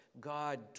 God